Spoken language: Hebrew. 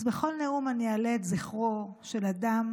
אז בכל נאום אני אעלה את זכרו של אדם